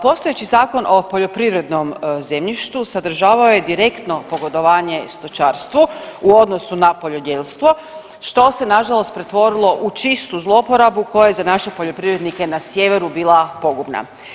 Postojeći Zakon o poljoprivrednom zemljištu sadržavao je direktno pogodovanje stočarstvu u odnosu na poljodjelstvo, što se nažalost pretvorilo u čistu zlouporabu koja je za naše poljoprivrednike na sjeveru bila pogubna.